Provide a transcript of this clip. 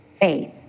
faith